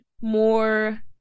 more